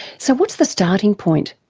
so what's the starting point?